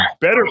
better